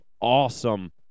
awesome